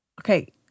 Okay